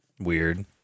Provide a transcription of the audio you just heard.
Weird